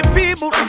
people